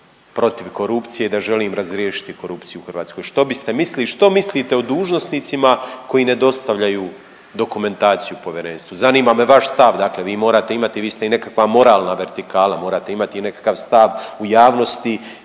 protiv korupcije i da želim razriješiti korupciju u Hrvatskoj? Što biste mislili i što mislite o dužnosnicima koji ne dostavljaju dokumentaciju povjerenstvu? Zanima me vaš stav, dakle vi morate imati, vi ste i nekakva moralna vertikala morate imati i nekakav stav u javnosti